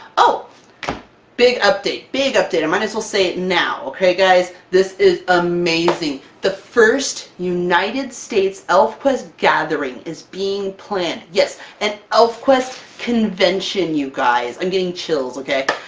oh big update! big update! and might as well say it now! ok guys, this is amazing! the first united states elfquest gathering is being planned! yes an elfquest convention, you guys! i'm getting chills, ok?